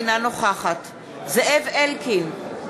אינה נוכחת זאב אלקין,